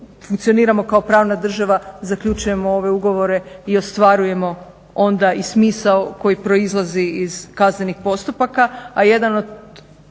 funkcioniramo kao pravna država zaključujemo ove ugovore i ostvarujemo onda i smisao koji proizlazi iz kaznenih postupaka,